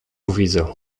widzę